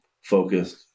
focused